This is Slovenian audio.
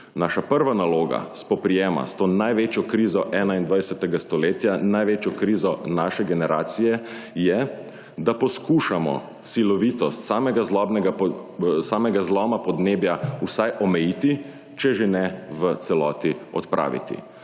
Naša prva naloga spoprijema s to največjo krizo 21. stoletja in največjo krizo naše generacije je, da poskušamo silovitost samega podnebnega zloma vsaj omejiti, če že ne v celoti odpraviti.